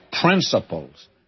principles